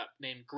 named